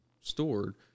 stored